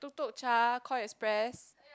Tuk-Tuk-Cha Call Express